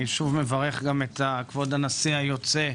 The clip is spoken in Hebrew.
אני שוב מברך את כבוד הנשיא היוצא,